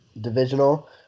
divisional